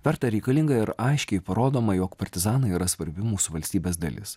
verta reikalinga ir aiškiai parodoma jog partizanai yra svarbi mūsų valstybės dalis